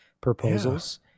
proposals